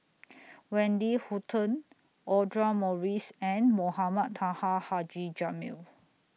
Wendy Hutton Audra Morrice and Mohamed Taha Haji Jamil